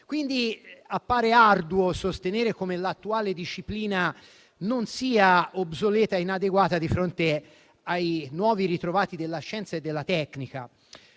quindi arduo sostenere che l'attuale disciplina non sia obsoleta e inadeguata di fronte ai nuovi ritrovati della scienza e della tecnica.